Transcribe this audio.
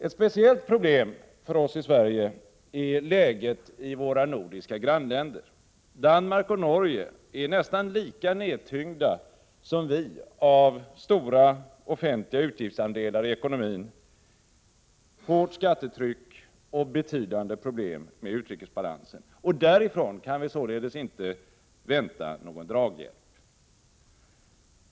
Ett speciellt problem för oss i Sverige är läget i våra nordiska grannländer. Danmark och Norge är nästan lika nedtyngda som vi av stora offentliga utgiftsandelar i ekonomin, hårt skattetryck och betydande problem med utrikesbalansen, och därifrån kan vi således inte vänta någon draghjälp.